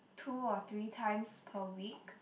two or three times per week